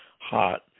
hot